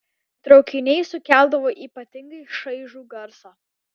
traukiniai sukeldavo ypatingai šaižų garsą